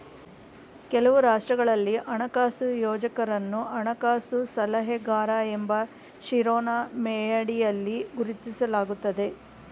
ಕೆಲವು ರಾಷ್ಟ್ರಗಳಲ್ಲಿ ಹಣಕಾಸು ಯೋಜಕರನ್ನು ಹಣಕಾಸು ಸಲಹೆಗಾರ ಎಂಬ ಶಿರೋನಾಮೆಯಡಿಯಲ್ಲಿ ಗುರುತಿಸಲಾಗುತ್ತದೆ